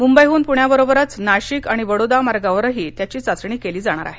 मुंबईहून पुण्याबरोबरच नाशिक आणि बडोदा मार्गावरही त्याची चाचणी केली जाणार आहे